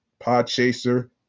Podchaser